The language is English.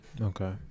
Okay